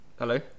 hello